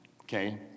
okay